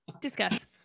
Discuss